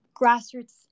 grassroots